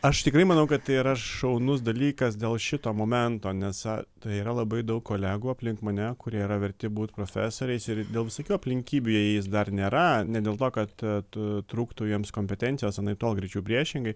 aš tikrai manau kad tai yra šaunus dalykas dėl šito momento nes tai yra labai daug kolegų aplink mane kurie yra verti būt profesoriais ir dėl visokių aplinkybių jie jais dar nėra ne dėl to kad tu trūktų jiems kompetencijos anaiptol greičiau priešingai